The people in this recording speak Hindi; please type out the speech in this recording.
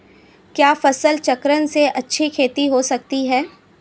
क्या फसल चक्रण से अच्छी खेती हो सकती है?